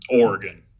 Oregon